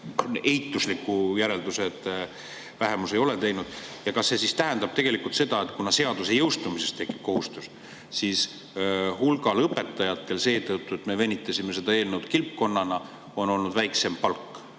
eitusliku järelduse, et vähemus ei ole teinud. Kas see siis tähendab tegelikult seda, et kuna seaduse jõustumisest tekib kohustus, siis hulgal õpetajatel seetõttu, et me venitame seda eelnõu kilpkonnana, on olnud väiksem palk?